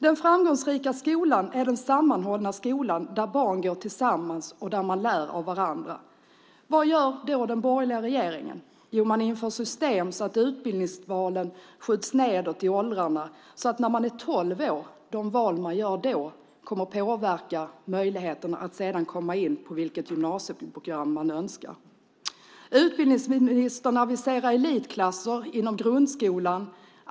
Den framgångsrika skolan är den sammanhållna skolan där barn går tillsammans och där man lär av varandra. Vad gör den borgerliga regeringen? Jo, man inför system så att utbildningsvalen skjuts nedåt i åldrarna. De val som görs vid tolv års ålder kommer att påverka möjligheterna att sedan komma in på önskat gymnasieprogram. Utbildningsministern aviserar elitklasser inom grundskolan.